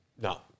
No